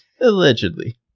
Allegedly